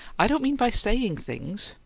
i don't mean by saying things,